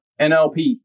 NLP